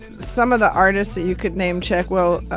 some of the artists that you could name-check well,